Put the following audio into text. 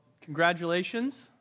congratulations